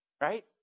Right